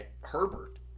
Herbert